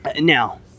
Now